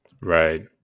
Right